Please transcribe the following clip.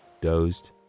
dozed